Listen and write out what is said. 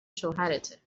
شوهرته